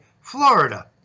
Florida